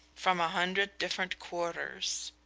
from a hundred different quarters.